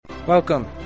Welcome